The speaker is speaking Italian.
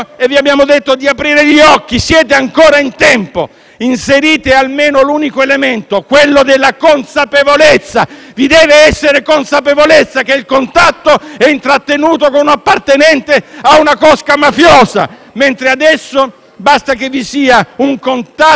e vi abbiamo detto di aprire gli occhi. Siete ancora in tempo. Inserite almeno l'elemento della consapevolezza: vi deve essere consapevolezza che il contatto sia intrattenuto con un appartenente a una cosca mafiosa, mentre adesso è sufficiente un contatto